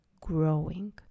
growing